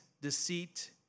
deceit